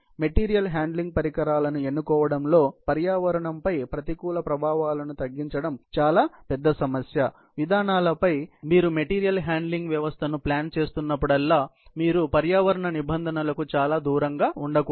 material handling పరికరాలను ఎన్నుకోవడంలో పర్యావరణంపై ప్రతికూల ప్రభావాలను తగ్గించడం చాలా పెద్ద సమస్య విధానాలపై మీరు మెటీరియల్ హ్యాండ్లింగ్ వ్యవస్థను ప్లాన్ చేస్తున్నప్పుడల్లా మీరు పర్యావరణ నిబంధనలకు చాలా దూరంగా ఉండకూడదు